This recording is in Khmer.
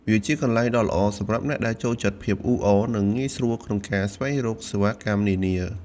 វាជាកន្លែងដ៏ល្អសម្រាប់អ្នកដែលចូលចិត្តភាពអ៊ូអរ និងងាយស្រួលក្នុងការស្វែងរកសេវាកម្មនានា។